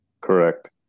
Correct